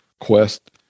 quest